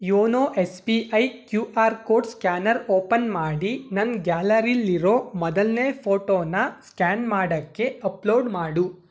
YONO S B I Q R code scanner open ಮಾಡಿ ನನ್ನ ಗ್ಯಾಲರಿಲಿರೋ ಮೊದಲನೇ ಫೋಟೋನ ಸ್ಕ್ಯಾನ್ ಮಾಡೋಕ್ಕೆ ಅಪ್ಲೋಡ್ ಮಾಡು